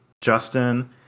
Justin